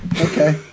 Okay